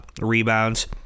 rebounds